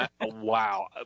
wow